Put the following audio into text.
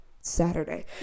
Saturday